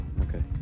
okay